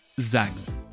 zags